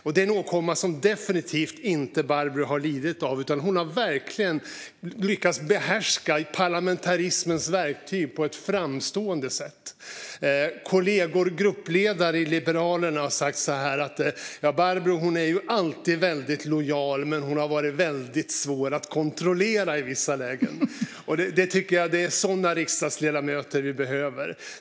Det är en åkomma som Barbro definitivt inte har lidit av, utan hon har verkligen lyckats behärska parlamentarismens verktyg på ett framstående sätt. Kollegor och gruppledare i Liberalerna har sagt: Barbro är alltid väldigt lojal, men hon har varit svår att kontrollera i vissa lägen. Det är sådana riksdagsledamöter vi behöver.